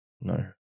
No